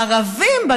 הערבים,